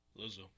Lizzo